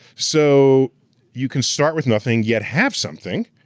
so you can start with nothing, yet have something,